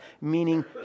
meaning